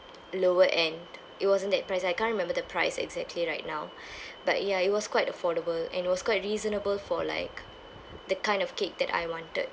lower end it wasn't that price~ I can't remember the price exactly right now but ya it was quite affordable and it was quite reasonable for like the kind of cake that I wanted